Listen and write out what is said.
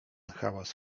hałas